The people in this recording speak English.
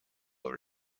over